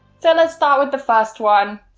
so let's start with the first one,